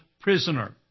prisoner